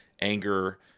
anger